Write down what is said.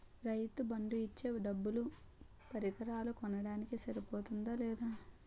రైతు బందు ఇచ్చే డబ్బులు పరికరాలు కొనడానికి సరిపోతుందా లేదా?